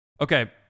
okay